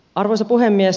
arvoisa puhemies